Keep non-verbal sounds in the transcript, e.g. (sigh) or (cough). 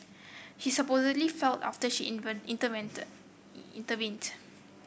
he supposedly felt after she even (unintelligible) intervened